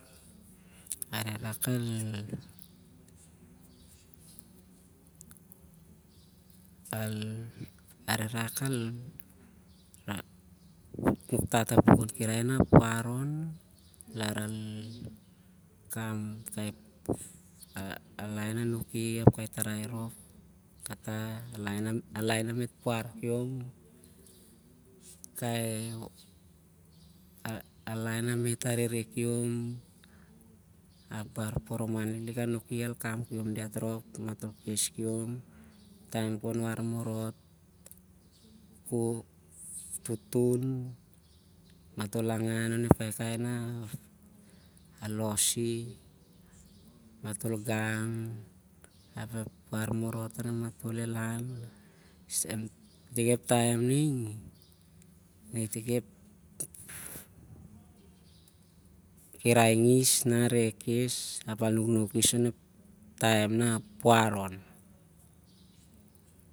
Are vak al, are vak al nuk tat pa ep pukun ki rai na puar on lai al kamalaen a nuk i ep tarai rop kata a laeu na mit puar kiom, kai laen na mit are re kiom ap bar poroman lik lik a nuk i al kam kiom diat matol kes kiom matol war movot o tutun matol angau kiom on ep kaikai na los i matol gang ap ep war morot el lau, i tik ep taem ning i tik ep kurai ngis ning na re re kes ap a re nung tat pas ep kir ai na puar tar on.